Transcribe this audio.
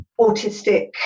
autistic